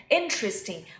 interesting